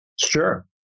Sure